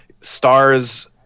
Stars